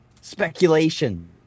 speculation